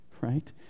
right